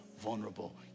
vulnerable